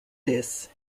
this